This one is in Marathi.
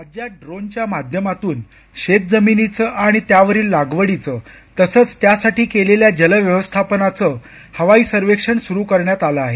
राज्यात ड्रोनच्या माध्यमातून शेत जमिनीचं आणि त्यावरील लागवडीचं तसंच त्यासाठी केलेल्या जल व्यवस्थापनाचं हवाई सर्वेक्षण सुरु करण्यात आलं आहे